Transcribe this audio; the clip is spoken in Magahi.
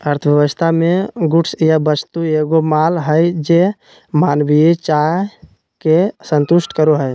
अर्थव्यवस्था मे गुड्स या वस्तु एगो माल हय जे मानवीय चाह के संतुष्ट करो हय